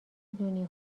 دونی